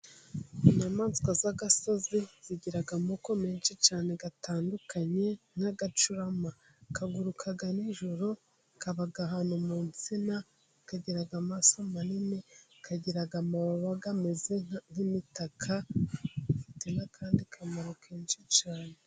Inyamaswa z'agasozi zigira amoko menshi cyane atandukanye n'agacurama kaguruka nijoro, kaba ahantu mu nsina, kagira amaso manini, kagira amaba ameze nk'imitaka, gafite n'akandi kamaro kenshi cyane.